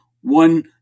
One